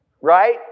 Right